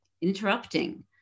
interrupting